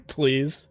Please